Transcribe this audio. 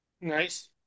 Nice